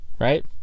right